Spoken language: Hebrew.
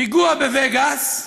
פיגוע בווגאס,